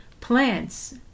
plants